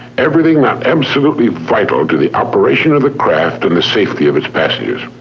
everything not absolutely vital to the operation of the craft and the safety of its passengers.